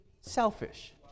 selfish